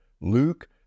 Luke